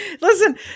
Listen